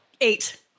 Eight